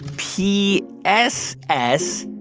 p s s,